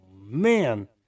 man